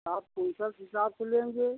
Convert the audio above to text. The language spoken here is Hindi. आप कुंटल के हिसाब से लेंगे